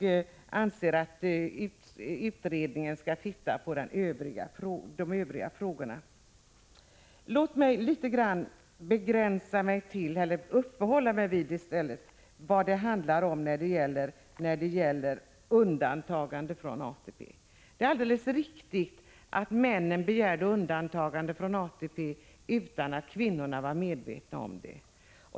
De anser att utredningen skall se på de övriga frågorna. Jag skall något uppehålla mig vid frågan om undantagande från ATP. Det är alldeles riktigt att männen begärde undantagande från ATP utan att kvinnorna var medvetna om det.